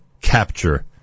capture